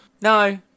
No